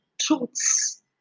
truths